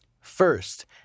First